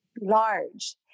large